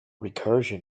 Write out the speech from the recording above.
recursion